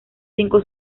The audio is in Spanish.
cinco